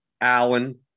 Allen